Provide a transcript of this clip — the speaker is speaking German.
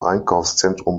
einkaufszentrum